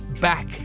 back